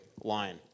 line